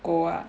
狗 ah